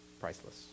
priceless